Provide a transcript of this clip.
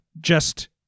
Just-